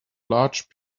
large